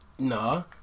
No